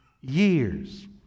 years